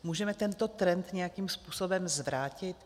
Můžeme tento trend nějakým způsobem zvrátit?